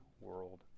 world